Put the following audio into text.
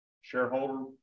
shareholder